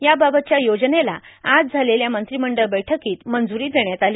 याबाबतच्या योजनेस आज झालेल्या मंत्रिमंडळ बैठकीत मंजुरी देण्यात आली